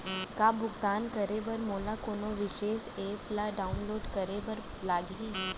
का भुगतान करे बर मोला कोनो विशेष एप ला डाऊनलोड करे बर लागही